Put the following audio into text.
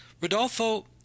Rodolfo